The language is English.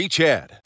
Chad